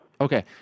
Okay